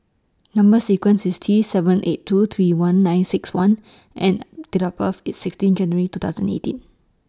Number sequence IS T seven eight two three one nine six one and Date of birth IS sixteen January two thousand eighteen